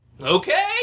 Okay